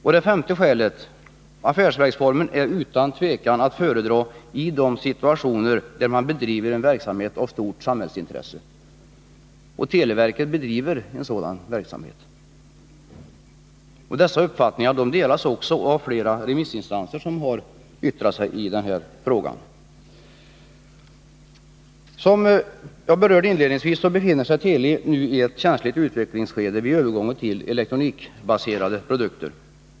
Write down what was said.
För det femte: Affärsverksformen är utan tvekan att föredra i situationer där man bedriver en verksamhet av stort samhällsintresse. Televerket bedriver en sådan verksamhet. Dessa uppfattningar delas också av flera remissinstanser som har yttrat sig i denna fråga. Som jag berörde inledningsvis, befinner sig Teli nu i ett känsligt skede vid övergången till elektronikbaserade produkter.